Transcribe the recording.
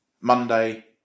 Monday